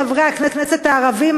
חברי הכנסת הערבים,